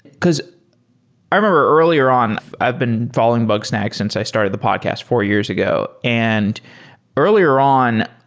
because i remember earlier on, i've been following bugsnag since i started the podcast four years ago, and earlier on,